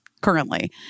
currently